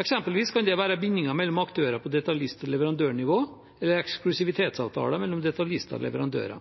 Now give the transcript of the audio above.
Eksempelvis kan det være bindinger mellom aktører på detaljist- og leverandørnivå eller eksklusivitetsavtaler mellom detaljister og leverandører.